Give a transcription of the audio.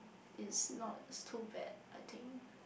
is not too bad I think